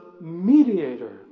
mediator